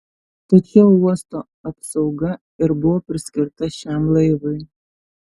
tad šio uosto apsauga ir buvo priskirta šiam laivui